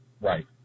Right